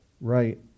right